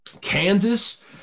Kansas